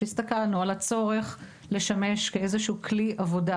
כשהסתכלנו על הצורך לשמש כאיזשהו כלי עבודה